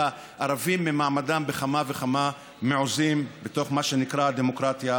הערבים ממעמדם בכמה וכמה מעוזים בתוך מה שנקרא הדמוקרטיה